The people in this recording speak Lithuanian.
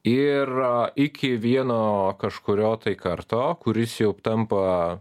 ir iki vieno kažkurio tai karto kuris jau tampa